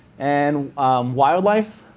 and wildlife?